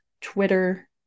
twitter